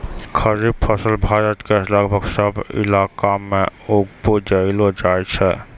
खरीफ फसल भारत के लगभग सब इलाका मॅ उपजैलो जाय छै